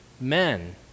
men